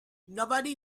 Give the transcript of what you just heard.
nobody